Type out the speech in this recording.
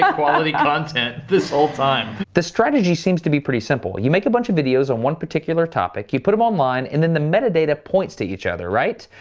um quality content this whole time. the strategy seems to be pretty simple. you make a bunch of videos on one particular topic. you put em online and then the metadata points to each other, right?